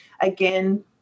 again